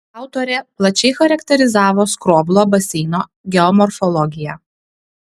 autorė plačiai charakterizavo skroblo baseino geomorfologiją